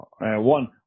one